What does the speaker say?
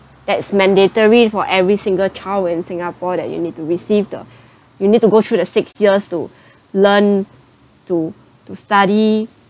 that's mandatory for every single child in singapore that you need to receive the you need to go through the six years to learn to to study